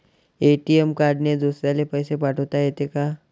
ATM कार्डने दुसऱ्याले पैसे पाठोता येते का?